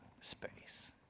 space